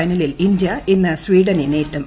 ഫൈനലിൽ ഇന്ത്യ ഇന്ന് സ്വീഡനെ നേരിടും